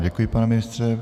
Děkuji vám, pane ministře.